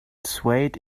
swayed